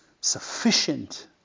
sufficient